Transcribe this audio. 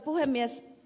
puhemies